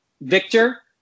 Victor